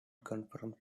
conference